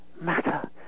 matter